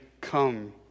Come